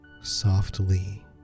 softly